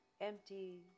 empty